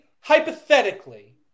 hypothetically